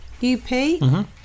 U-P